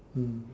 mm